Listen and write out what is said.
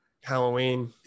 halloween